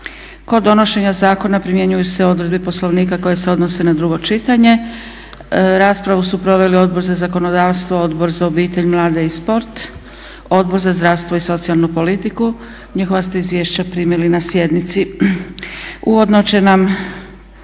Kod donošenja zakona primjenjuju se odredbe Poslovnika koje se odnose na drugo čitanje. Raspravu su proveli Odbor za zakonodavstvo, Odbor za obitelj, mlade i sport, Odbor za zdravstvo i socijalnu politiku. Njihova ste izvješća primili na sjednici. Uvodno će nam